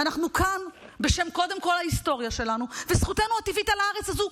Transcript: ואנחנו כאן קודם כול בשם ההיסטוריה שלנו וזכותנו הטבעית על הארץ הזו,